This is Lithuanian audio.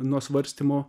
nuo svarstymo